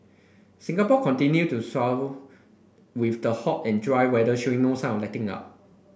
Singapore continue to with the hot and dry weather showing no sign letting up